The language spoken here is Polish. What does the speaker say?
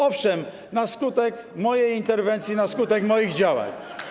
Owszem, na skutek mojej interwencji, na skutek moich działań.